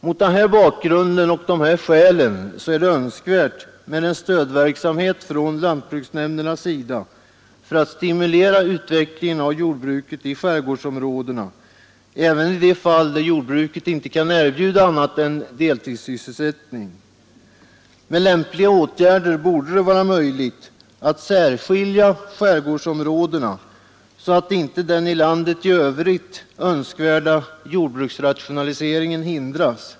Mot den här bakgrunden och av de här skälen är det önskvärt med en stödverksamhet från lantbruksnämndernas sida för att stimulera utvecklingen av jordbruket i skärgårdsområdena även i de fall där jordbruket inte kan erbjuda annat än deltidssysselsättning. Med lämpliga åtgärder borde det vara möjligt att särskilja skärgårdsområdena, så att inte den i landet i övrigt önskvärda jordbruksrationaliseringen hindras.